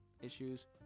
issues